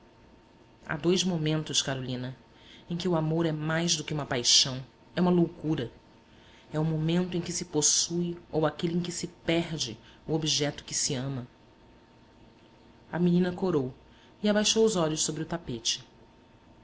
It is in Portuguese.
há dois momentos carolina em que o amor é mais do que uma paixão é uma loucura é o momento em que se possui ou aquele em que se perde o objeto que se ama a menina corou e abaixou os olhos sobre o tapete